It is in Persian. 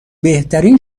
بهترین